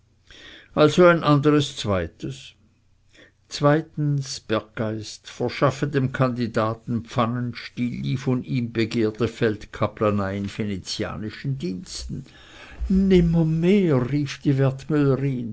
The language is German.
also ein anderes zweites zweitens berggeist verschaffe dem kandidaten pfannenstiel die von ihm begehrte feldkaplanei in venezianischen diensten nimmermehr rief die